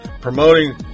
promoting